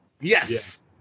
Yes